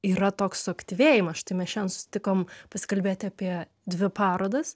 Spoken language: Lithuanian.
yra toks suaktyvėjimas štai mes šiandien susitikom pasikalbėti apie dvi parodas